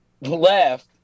left